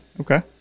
Okay